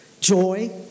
joy